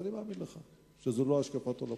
אני מאמין לך שזו לא השקפת עולמך.